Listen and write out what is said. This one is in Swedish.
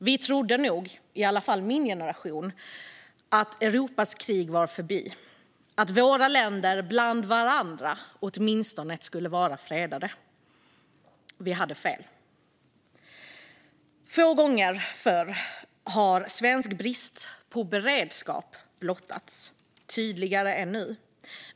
Vi trodde nog, i alla fall min generation, att Europas krig var förbi - att våra länder åtminstone bland varandra skulle vara fredade. Vi hade fel. Få gånger har svensk brist på beredskap blottats tydligare än nu.